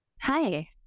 hi